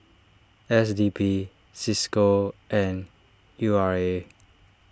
S D P Cisco and U R A